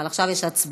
אבל עכשיו יש הצבעה,